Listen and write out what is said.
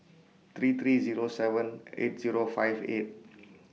three three Zero seven eight Zero five eight